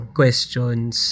questions